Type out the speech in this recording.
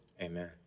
Amen